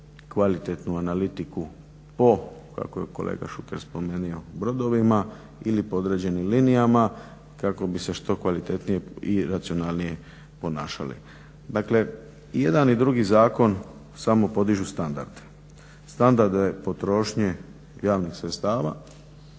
kvalitetnu analitiku po, kako je kolega Šuker spomenuo, brodovima ili po određenim linijama kako bi se što kvalitetnije i racionalnije ponašali. Dakle i jedan i drugi zakon samo podižu standarde, standarde potrošnje javnih sredstava,